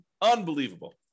Unbelievable